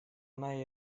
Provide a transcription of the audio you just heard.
она